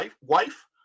wife